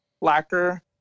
lacquer